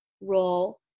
role